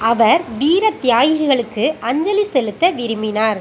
அவர் வீரத் தியாகிகளுக்கு அஞ்சலி செலுத்த விரும்பினார்